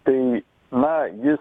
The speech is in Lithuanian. tai na jis